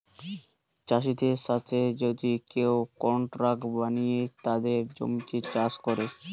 চাষিদের সাথে যদি কেউ কন্ট্রাক্ট বানিয়ে তাদের জমিতে চাষ করে